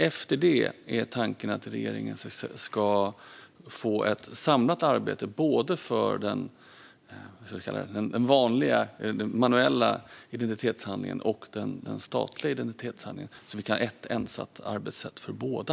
Efter det är tanken att regeringen ska få ett samlat arbete både för den vanliga, "manuella" identitetshandlingen och den statliga identitetshandlingen, så att vi kan ha ett ensat arbetssätt för båda.